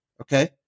Okay